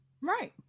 Right